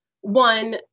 One